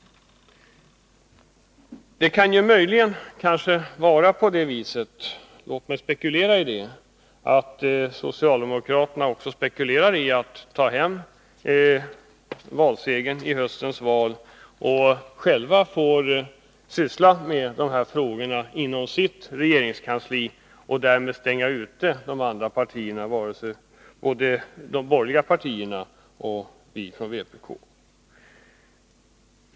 Det kan möjligen vara på det sättet — låt mig anta det — att socialdemokraterna spekulerar i att ta hem valsegern i höstens val, så att de därefter själva får syssla med dessa frågor inom sitt regeringskansli och därmed kan utestänga de borgerliga partierna och vpk.